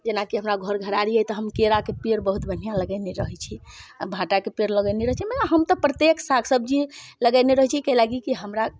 जेनाकि हमरा घर घरारी अइ तऽ हम केराके पेड़ बहुत बढ़िआँ लगेने रहैत छी आ भाँटाके पेड़ लगेने रहैत छी मगर हम तऽ प्रत्येक साग सब्जी लगेने रहैत छी कै लागी कि हमरा